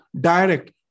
direct